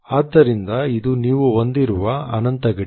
ಆದ್ದರಿಂದ ಇದು ನೀವು ಹೊಂದಿರುವ ಅನಂತ ಗಡಿ